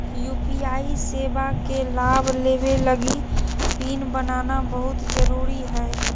UPI सेवा के लाभ लेबे लगी पिन बनाना बहुत जरुरी हइ